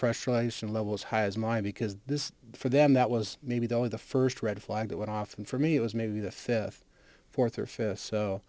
frustration level as high as mine because this for them that was maybe the only the first red flag that went off and for me it was maybe the fifth fourth or fifth so